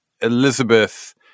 Elizabeth